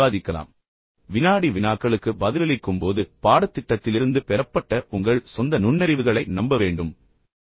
ஆனால் வினாடி வினாக்களுக்கு பதிலளிக்கும் போது பாடத்திட்டத்திலிருந்து பெறப்பட்ட உங்கள் சொந்த நுண்ணறிவுகளை நம்ப வேண்டும் என்று நான் பரிந்துரைக்கிறேன்